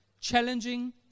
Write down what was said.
challenging